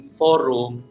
forum